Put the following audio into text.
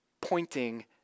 pointing